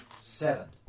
Seven